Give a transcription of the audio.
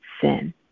sin